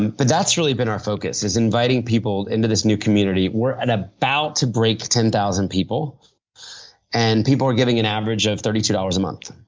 but that's really been our focus, is inviting people into this new community. we're about to break ten thousand people and people are giving an average of thirty two dollars a month.